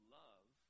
love